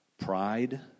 Pride